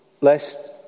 lest